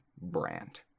brand